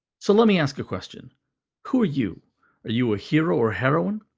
so let me ask a question who are you? are you a hero or heroine,